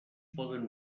poden